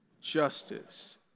justice